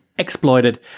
Exploited